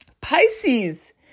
Pisces